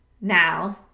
now